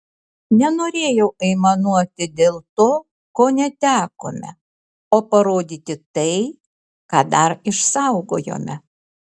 nenorėjau aimanuoti dėl to ko netekome o parodyti tai ką dar išsaugojome